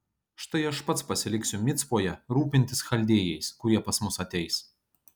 štai aš pats pasiliksiu micpoje rūpintis chaldėjais kurie pas mus ateis